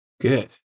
Good